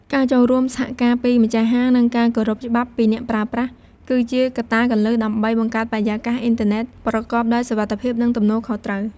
ការចូលរួមសហការពីម្ចាស់ហាង និងការគោរពច្បាប់ពីអ្នកប្រើប្រាស់ គឺជាកត្តាគន្លឹះដើម្បីបង្កើតបរិយាកាសអ៊ីនធឺណិតប្រកបដោយសុវត្ថិភាព និងទំនួលខុសត្រូវ។